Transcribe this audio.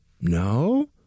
No